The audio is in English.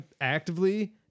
actively